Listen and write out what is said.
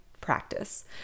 practice